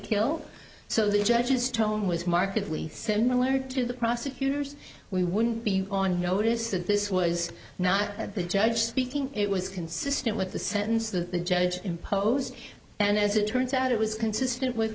kill so the judge's tone was markedly similar to the prosecutors we wouldn't be on notice that this was not at the judge speaking it was consistent with the sentence that the judge imposed and as it turns out it was consistent with